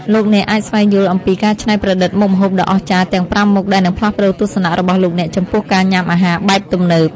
លោកអ្នកអាចស្វែងយល់អំពីការច្នៃប្រឌិតមុខម្ហូបដ៏អស្ចារ្យទាំងប្រាំមុខដែលនឹងផ្លាស់ប្តូរទស្សនៈរបស់លោកអ្នកចំពោះការញ៉ាំអាហារបែបទំនើប។